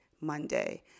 Monday